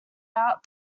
out